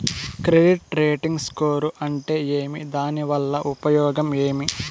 Credit rating score అంటే ఏమి దాని వల్ల ఉపయోగం ఏమి?